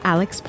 Alex